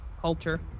culture